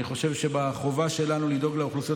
אני חושב שבחובה שלנו לדאוג לאוכלוסיות